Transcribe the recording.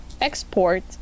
export